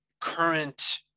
current